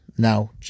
Now